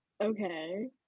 Okay